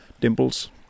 dimples